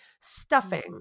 Stuffing